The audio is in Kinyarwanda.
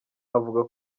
avuga